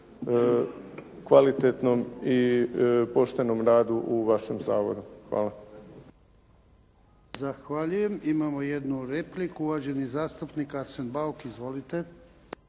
kvalitetnom i poštenom radu u vašem zavodu. Hvala. **Jarnjak, Ivan (HDZ)** Zahvaljujem. Imamo jednu repliku, uvaženi zastupnik Arsen Bauk. Izvolite.